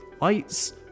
lights